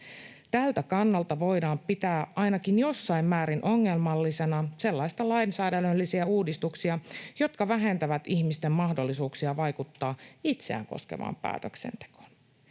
Tältä kannalta voidaan pitää ainakin jossain määrin ongelmallisena sellaisia lainsäädännöllisiä uudistuksia, jotka vähentävät ihmisten mahdollisuuksia vaikuttaa itseään koskevaan päätöksentekoon.